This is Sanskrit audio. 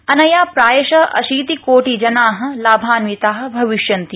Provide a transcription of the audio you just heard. अनया प्रायशः अशीतिकोटि जनाः लाभान्विताः भविष्यन्ति